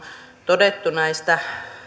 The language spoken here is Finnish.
todettu tästä